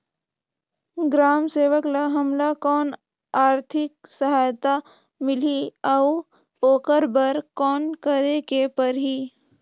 ग्राम सेवक ल हमला कौन आरथिक सहायता मिलही अउ ओकर बर कौन करे के परही?